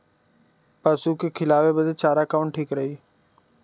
पशु के खिलावे बदे चारा कवन ठीक रही?